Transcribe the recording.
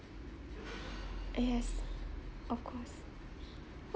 uh yes of course